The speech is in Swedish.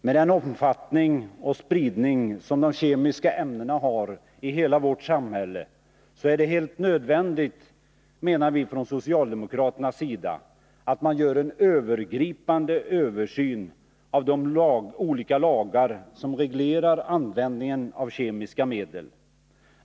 Med den omfattning och spridning som de kemiska ämnena har i hela samhället är det helt nödvändigt, menar vi från socialdemokraternas sida, att man gör en övergripande översyn av de olika lagar som reglerar användningen av kemiska medel.